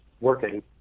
working